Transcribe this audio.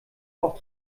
auch